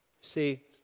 See